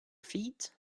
feet